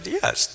yes